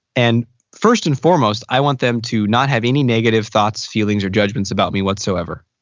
and first and foremost, i want them to not have any negative thoughts, feelings, or judgements about me whatsoever.